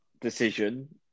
decision